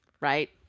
Right